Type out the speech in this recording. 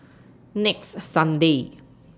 next Sunday